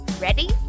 Ready